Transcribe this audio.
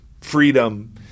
freedom